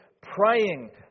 praying